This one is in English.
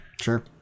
Sure